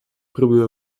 próby